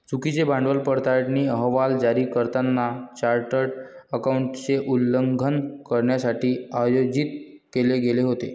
चुकीचे भांडवल पडताळणी अहवाल जारी करताना चार्टर्ड अकाउंटंटचे उल्लंघन करण्यासाठी आयोजित केले गेले होते